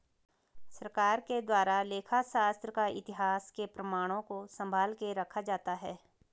सरकार के द्वारा लेखा शास्त्र का इतिहास के प्रमाणों को सम्भाल के रखा जाता है